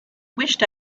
wished